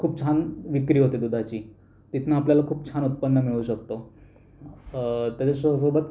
खूप छान विक्री होते दुधाची इथून आपल्याला खूप छान उत्पन्न मिळू शकतं त्याच्या सोबत